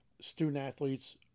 student-athletes